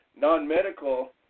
non-medical